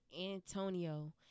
Antonio